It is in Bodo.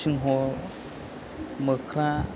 सिंह मोख्रा